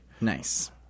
Nice